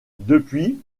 depuis